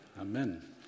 Amen